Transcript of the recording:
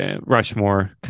Rushmore